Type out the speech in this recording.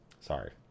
Sorry